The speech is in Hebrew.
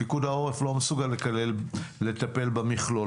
פיקוד העורף לא מסוגל לטפל במכלול.